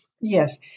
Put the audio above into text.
Yes